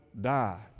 die